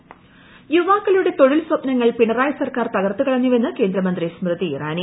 സ്മൃതി ഇറാനി യുവാക്കളുടെ തൊഴിൽ സ്വപ്നങ്ങൾ പിണറായി സർക്കാർ തകർത്തു കളഞ്ഞുവെന്ന് കേന്ദ്രമന്ത്രി സ്മൃതി ഇറാനി